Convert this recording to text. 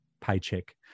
paycheck